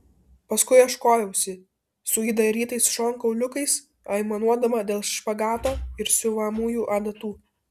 paskui aš koviausi su įdarytais šonkauliukais aimanuodama dėl špagato ir siuvamųjų adatų